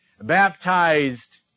baptized